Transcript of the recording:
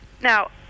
Now